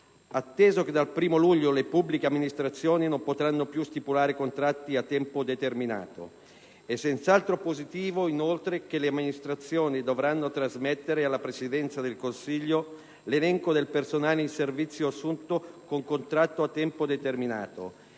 Atteso che dal 1° luglio prossimo le pubbliche amministrazioni non potranno più stipulare contratti a tempo determinato, è senz'altro positivo che le stesse amministrazioni dovranno trasmettere alla Presidenza del Consiglio l'elenco del personale in servizio assunto con contratto a tempo determinato,